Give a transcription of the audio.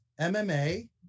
MMA